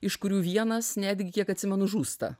iš kurių vienas netgi kiek atsimenu žūsta